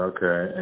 Okay